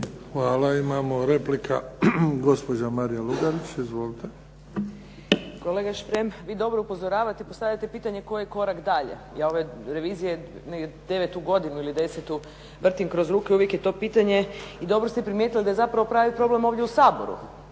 Hvala. Imamo replika, gospođa Marija Lugarić. Izvolite. **Lugarić, Marija (SDP)** Kolega Šprem, vi dobro upozoravate, postavljate pitanje tko je korak dalje ove revizije. Devetu godinu, … /Govornica se ne razumije./… vrtim kroz ruke, uvijek je to pitanje i dobro ste primijetili da je zapravo pravi problem ovdje u Saboru,